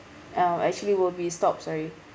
um actually will be stop sorry